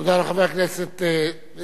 תודה רבה לחבר הכנסת זאב.